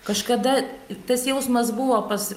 kažkada tas jausmas buvo pas